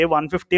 150